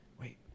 wait